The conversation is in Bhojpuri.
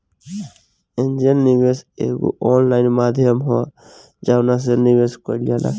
एंजेल निवेशक एगो ऑनलाइन माध्यम ह जवना से निवेश कईल जाला